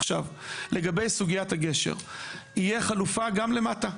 עכשיו, לגבי סוגיית הגשר, תהיה חלופה גם למטה.